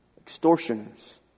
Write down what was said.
Extortioners